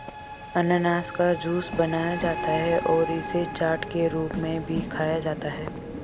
अनन्नास का जूस बनाया जाता है और इसे चाट के रूप में भी खाया जाता है